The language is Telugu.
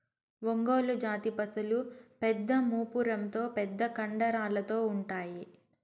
ఒంగోలు జాతి పసులు పెద్ద మూపురంతో పెద్ద కండరాలతో ఉంటాయి